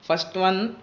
first one